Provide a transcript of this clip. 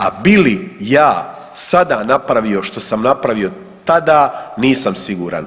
A bi li ja sada napravio što sam napravio tada, nisam siguran.